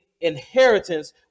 inheritance